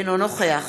אינו נוכח